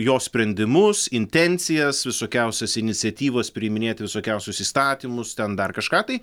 jo sprendimus intencijas visokiausias iniciatyvas priiminėti visokiausius įstatymus ten dar kažką tai